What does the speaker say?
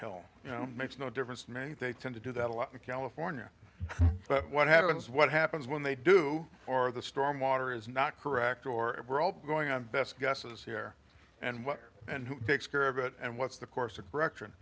hill you know makes no difference maybe they tend to do that a lot in california but what happens what happens when they do or the stormwater is not correct or if we're all going on best guesses here and what and who takes care of it and what's the course of direction